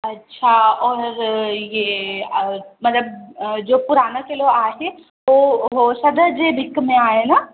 अच्छा और इहे मतिलब जो पुराना किलो आहे थो हू हू शहर जे विच में आहे न